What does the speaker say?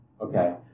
Okay